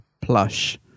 plush